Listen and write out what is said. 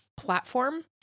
platform